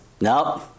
Nope